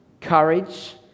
courage